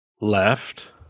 left